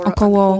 Około